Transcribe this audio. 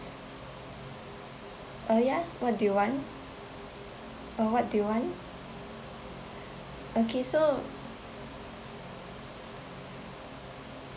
oh ya what do you want oh what do you want okay so